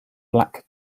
black